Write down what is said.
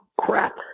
crap